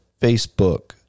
Facebook